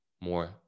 more